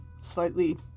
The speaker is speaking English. slightly